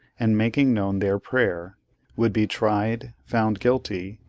and making known their prayer would be tried, found guilty,